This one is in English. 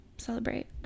Celebrate